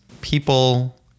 people